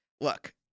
Look